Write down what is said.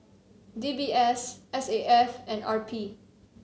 D B S S A F and R P